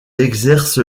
exerce